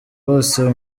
bose